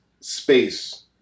space